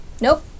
Nope